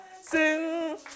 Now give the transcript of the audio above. Sing